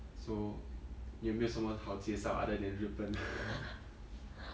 so 有没有什么好介绍 other than 日本